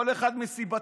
כל אחד מסיבתו.